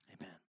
Amen